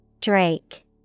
drake